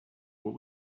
what